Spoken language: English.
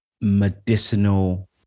medicinal